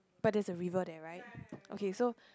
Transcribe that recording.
but there's a river there right okay so